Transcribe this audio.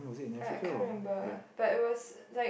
like I can't remember but it was like